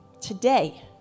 Today